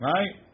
Right